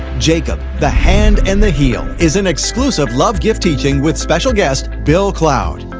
jacob the hand and the heel is an exclusive love gift teaching with special guest bill cloud.